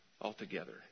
altogether